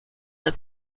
the